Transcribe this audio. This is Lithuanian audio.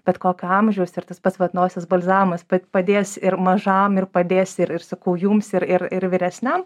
bet kokio amžiaus ir tas pats vat nosies balzamas padės ir mažam ir padės ir ir sakau jums ir ir ir vyresniam